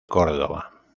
córdoba